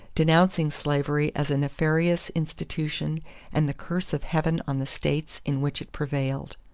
denouncing slavery as a nefarious institution and the curse of heaven on the states in which it prevailed.